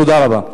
תודה רבה.